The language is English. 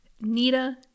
Nita